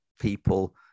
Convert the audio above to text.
people